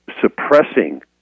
suppressing